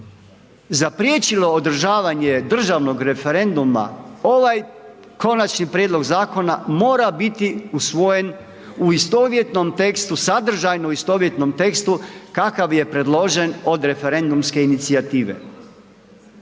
zapriječilo održavanje državnog referenduma, ovaj Konačni prijedlog zakona mora biti usvojen u istovjetnom tekstu, sadržajno istovjetnom tekstu kakav je predložen od referendumske inicijative.